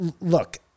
Look